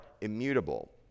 immutable